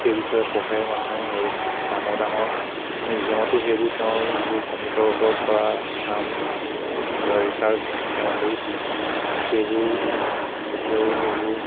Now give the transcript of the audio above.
সেইবিষয়ে পঢ়়ে মানুহে আৰু ডাঙৰ ডাঙৰ মিউজিয়ামতো সেইবোৰ তেওঁৰ যিবোৰ গণিতৰ ওপৰত কৰা কাম বা ৰিচাৰ্চ তেওঁ কৰিছিলে সেইবোৰ এতিয়াও সেইবোৰ